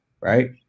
right